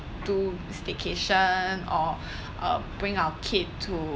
to staycation or or bring our kids to